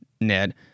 Ned